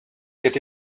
get